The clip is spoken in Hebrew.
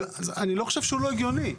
אני לא חושב שהוא לא הגיוני.